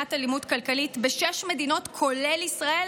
מניעת האלימות הכלכלית בשש מדינות כולל ישראל.